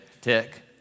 tick